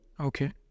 Okay